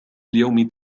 اليوم